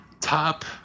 top